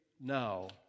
now